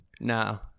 No